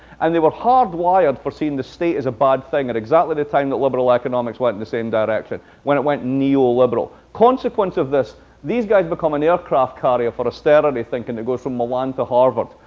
and they were hard-wired for seeing the state as a bad thing at exactly the time that liberal economics went in the same direction, when it went neoliberal. consequence of this these guys become an aircraft carrier for austerity thinking that goes from milan to harvard,